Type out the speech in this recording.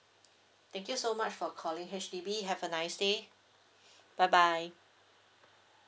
thank you so much for calling H_D_B have a nice day bye bye